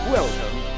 Welcome